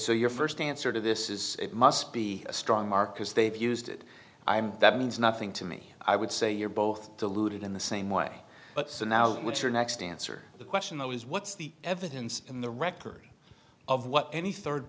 so your first answer to this is it must be a strong mark as they've used it i'm that means nothing to me i would say you're both deluded in the same way but so now with your next answer the question though is what's the evidence in the record of what any third